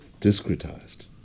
discretized